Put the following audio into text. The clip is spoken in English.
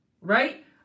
Right